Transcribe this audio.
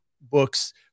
books